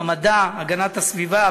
המדע והגנת הסביבה,